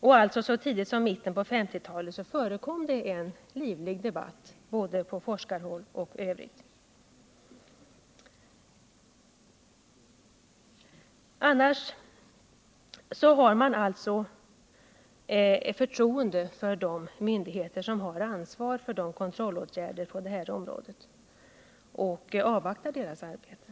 Och så tidigt som på 1950-talet förekom en livlig debatt både på forskarhåll och i övrigt. Å andra sidan kan man alltså ha förtroende för de myndigheter som har ansvar för kontrollåtgärder på området och avvakta deras arbete.